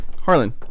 Harlan